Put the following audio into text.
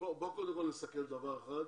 בוא נסכם דבר אחד,